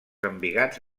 embigats